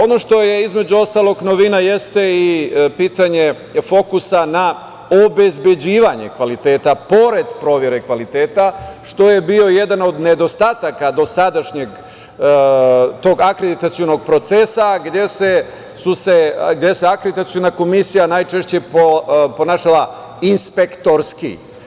Ono što je između ostalog novina jeste i pitanje fokusa na obezbeđivanje kvaliteta pored provere kvaliteta, što je bio jedan od nedostataka dosadašnjeg tok akreditivnog procesa, gde su se akreditaciona komisija najčešće ponašala inspektorski.